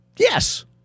Yes